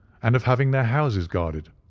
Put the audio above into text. and of having their houses guarded.